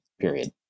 period